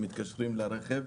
ומקושרים לרכב.